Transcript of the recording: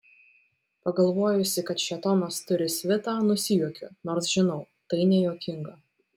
pagalvojusi kad šėtonas turi svitą nusijuokiu nors žinau tai nejuokinga